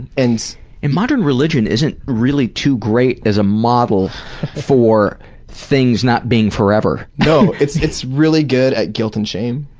and and modern religion isn't really too great as a model for things not being forever. no, it's it's really good at guilt and shame.